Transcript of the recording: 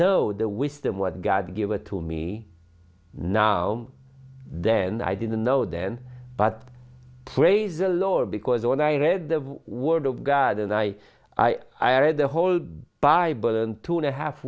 know the wisdom what god gave it to me now then i didn't know then but praise the lord because when i read the word of god and i i read the whole bible and two and a half